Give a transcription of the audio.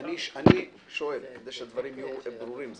אני שואל, כדי שהדברים יהיו ברורים.